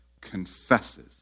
confesses